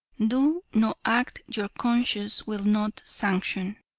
do no act your conscience will not sanction.